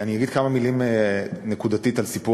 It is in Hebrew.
אגיד כמה מילים נקודתית על סיפור